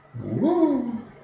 Woo